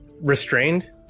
restrained